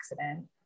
accident